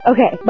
Okay